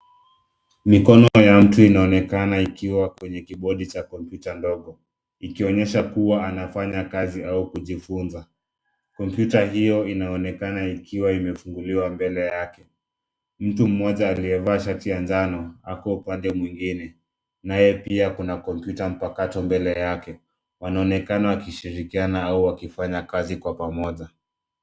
Mikono ya mtu inaonekana ikiwa kwenye kibodi cha kompyuta ndogo. Ikionyesha kuwa anafanya kazi au kujifunza. Kompyuta hiyo inaonekana ikiwa imefunguliwa mbele yake. Mtu mmoja aliyevaa shati ya njano ako upande mwingine naye pia kuna kompyuta mpakato mbele yake. Wanaonekana wakishirikiana au wakifanya kazi kwa pamoja.